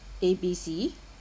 A B C